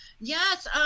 yes